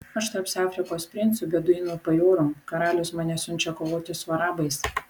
aš tapsiu afrikos princu beduinų bajoru karalius mane siunčia kovoti su arabais